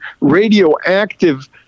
radioactive